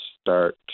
start